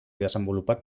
desenvolupat